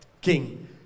King